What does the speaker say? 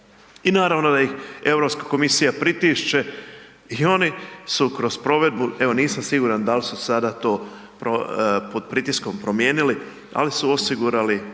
I naravno da ih Europska komisija pritišće i oni su kroz provedbu, evo nisam siguran dal su sada to pod pritiskom promijenili, ali su osigurali